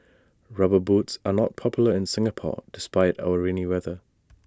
rubber boots are not popular in Singapore despite our rainy weather